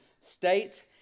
state